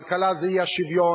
כלכלה זה האי-שוויון,